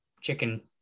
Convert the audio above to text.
chicken